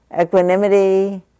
equanimity